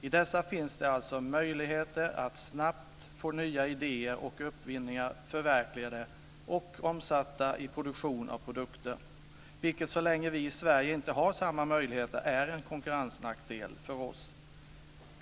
I dessa finns det alltså möjligheter att snabbt få nya idéer och uppfinningar förverkligade och omsatta i framställning av produkter, vilket så länge vi i Sverige inte har samma möjligheter är en konkurrensnackdel för oss.